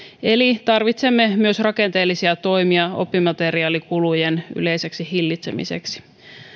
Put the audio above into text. eli tarvitsemme myös rakenteellisia toimia oppimateriaalikulujen yleiseksi hillitsemiseksi